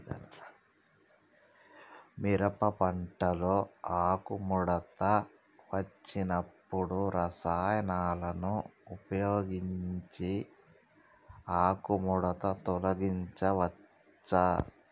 మిరప పంటలో ఆకుముడత వచ్చినప్పుడు రసాయనాలను ఉపయోగించి ఆకుముడత తొలగించచ్చా?